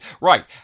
right